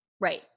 Right